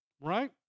right